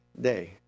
day